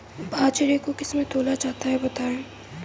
बाजरे को किससे तौला जाता है बताएँ?